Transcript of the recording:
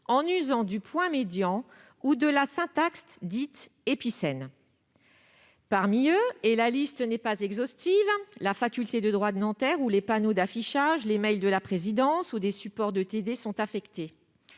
en usant du point médian ou de la syntaxe dite épicène. Parmi eux - la liste n'est pas exhaustive -, la faculté de droit de Nanterre, où les panneaux d'affichage, les mails de la présidence ou des supports de travaux dirigés